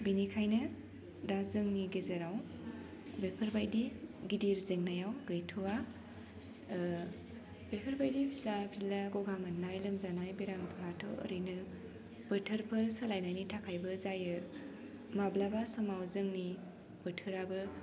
बिनिखायनो दा जोंनि गेजेराव बेफोरबायदि गिदिर जेंनायाव गैथ'वा बेफोर बायदि फिसा फिला गगा मोन्नाय लोमजानाय बेरामफ्राथ' ओरैनो बोथोरफोर सोलायनायनि थाखायबो जायो माब्लाबा समाव जोंनि बोथोराबो